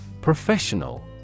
Professional